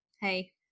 hey